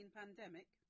pandemic